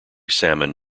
salmon